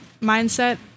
mindset